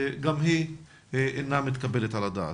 גם היא אינה מתקבלת על הדעת.